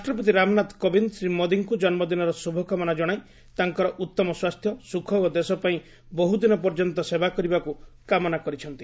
ରାଷ୍ଟ୍ରପତି ରାମନାଥ କୋବିନ୍ଦ ଶ୍ରୀ ମୋଦିଙ୍କୁ ଜନ୍ମଦିନର ଶୁଭକାମନା ଜଣାଇ ତାଙ୍କର ଉତ୍ତମ ସ୍ୱାସ୍ଥ୍ୟ ସୁଖ ଓ ଦେଶପାଇଁ ବହୁଦିନ ପର୍ଯ୍ୟନ୍ତ ସେବା କରିବାକୁ କାମନା କରିଛନ୍ତି